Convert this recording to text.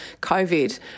COVID